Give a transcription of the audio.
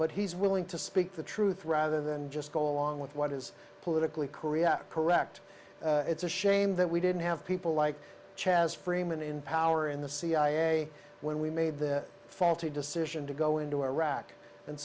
but he's willing to speak the truth rather than just go along with what is politically correct correct it's a shame that we didn't have people like chaz freeman in power in the cia when we made the faulty decision to go into iraq and